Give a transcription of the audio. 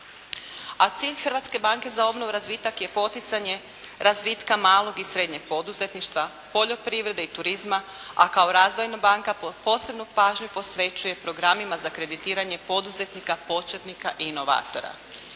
A cilj Hrvatske banke za obnovu i razvitak je poticanje razvitka malog i srednjeg poduzetništva, poljoprivrede i turizma, a kao razvojna banka posebnu pažnju posvećuje programima za kreditiranje poduzetnika početnika i inovatora.